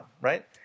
right